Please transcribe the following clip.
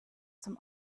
zum